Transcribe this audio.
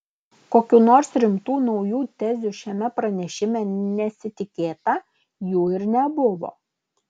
kokių nors rimtų naujų tezių šiame pranešime nesitikėta jų ir nebuvo